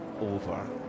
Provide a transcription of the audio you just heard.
over